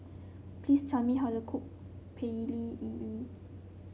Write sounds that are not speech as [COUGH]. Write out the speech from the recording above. please tell me how to cook Pecel Lele [UNINTELLIGIBLE]